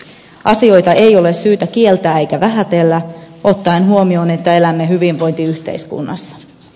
asioita ei ole syytä kieltää eikä vähätellä ottaen huomioon että elämme hyvinvointiyhteiskunnassa